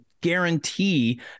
guarantee